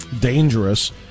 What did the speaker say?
dangerous